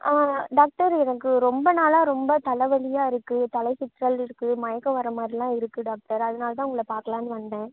doctor எனக்கு ரொம்ப நாளாக ரொம்ப தலை வலியாக இருக்குது தலை சுற்றல் இருக்குது மயக்கம் வரமாதிரிலாம் இருக்குது டாக்டர் அதனால்தான் உங்களை பார்க்கலாம்னு வந்தேன்